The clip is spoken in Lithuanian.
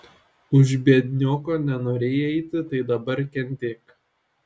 už biednioko nenorėjai eiti tai dabar kentėk